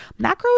Macros